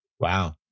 wow